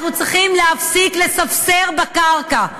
אנחנו צריכים להפסיק לספסר בקרקע.